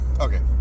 Okay